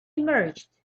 emerged